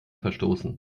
verstoßen